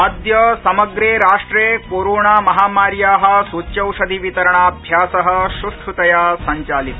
अद्य समग्रे राष्ट्रे कोरोनामहामार्या सूच्यौषधि वितरणाभ्यास सूष्ठतया संचालित